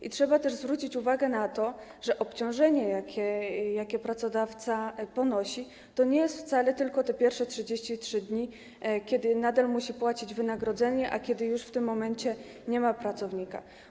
I trzeba też zwrócić uwagę na to, że obciążenie, jakie pracodawca ponosi, to nie są wcale tylko te pierwsze 33 dni, kiedy nadal musi płacić wynagrodzenie, choć już w tym momencie nie ma pracownika.